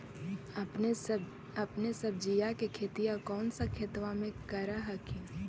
अपने सब्जिया के खेतिया कौन सा खेतबा मे कर हखिन?